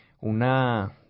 una